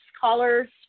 callers